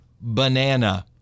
banana